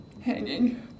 hanging